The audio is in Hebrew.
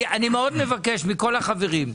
אני מאוד מבקש מכל החברים,